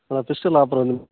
system లోపల ఉంది